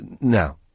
now